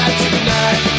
tonight